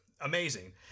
amazing